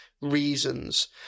reasons